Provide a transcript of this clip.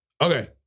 okay